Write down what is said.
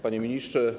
Panie Ministrze!